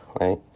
right